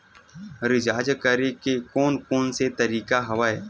Recharge करे के कोन कोन से तरीका हवय?